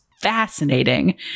fascinating